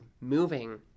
moving